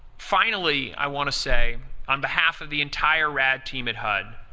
finally, i want to say on behalf of the entire rad team at hud,